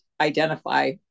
identify